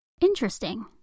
Interesting